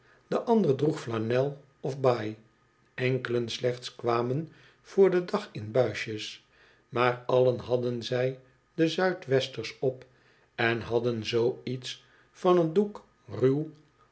een ander droeg flanel of baai enkelen slechts kwamen voor den dag in buisjes maar allen hadden zij de zuidwesters op en hadden zoo iets van een doek ruw